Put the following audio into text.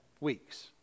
weeks